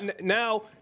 Now